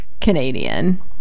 Canadian